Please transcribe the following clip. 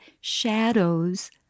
shadows